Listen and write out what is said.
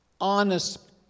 Honest